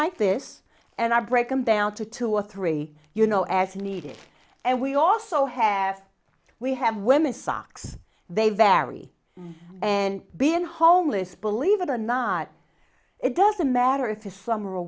like this and i break them down to two or three you know as needed and we also have we have women's socks they vary and being homeless believe it or not it doesn't matter if it's summer or